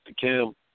Kim